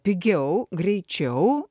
pigiau greičiau